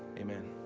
amen.